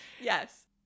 yes